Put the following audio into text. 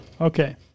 Okay